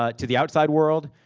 ah to the outside world.